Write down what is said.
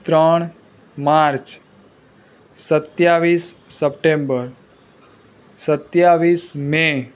ત્રણ માર્ચ સત્યાવીસ સપ્ટેમ્બર સત્યાવીસ મે